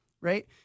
Right